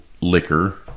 liquor